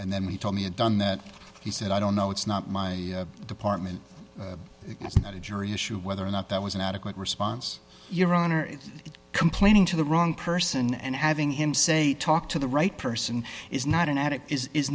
and then he told me a done that he said i don't know it's not my department it's not a jury issue whether or not that was an adequate response your honor complaining to the wrong person and having him say talk to the right person is not an ad it is